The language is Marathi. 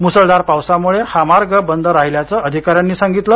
मुसळधार पावसामुळे हा मार्ग बंद राहिल्याचं अधिकाऱ्यानी सांगितले